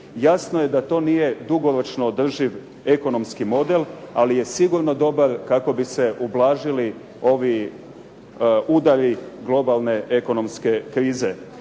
Jasno je da to nije dugoročno održiv ekonomski model, ali je sigurno dobar kako bi se ublažili ovi udari globalne ekonomske krize.